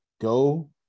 go